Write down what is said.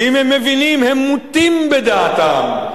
ואם הם מבינים הם מוטים בדעתם,